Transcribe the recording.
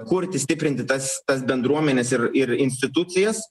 kurti stiprinti tas tas bendruomenes ir ir institucijas